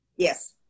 Yes